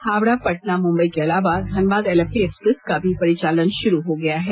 हावड़ा पटना मुंबई के अलावा धनबाद एल्लेपी एक्सप्रेस का भी परिचालन शुरू हो गयी है